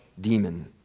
demon